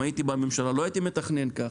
אם הייתי בממשלה לא הייתי מתכנן ככה.